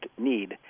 need